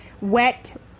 wet